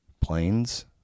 planes